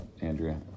Andrea